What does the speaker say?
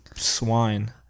swine